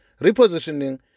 repositioning